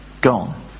gone